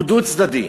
הוא דו-צדדי.